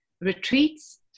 retreats